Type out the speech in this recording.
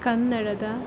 ಕನ್ನಡದ